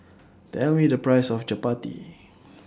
Tell Me The Price of Chapati